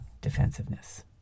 defensiveness